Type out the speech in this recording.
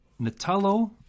natalo